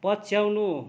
पछ्याउनु